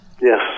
Yes